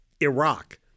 Iraq